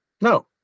No